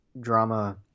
drama